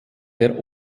der